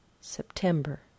September